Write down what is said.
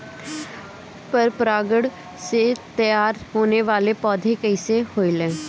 पर परागण से तेयार होने वले पौधे कइसे होएल?